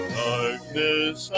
darkness